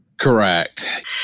correct